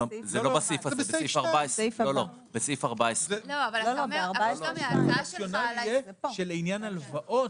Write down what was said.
זה בסעיף 14. הרציונל יהיה שלעניין הלוואות,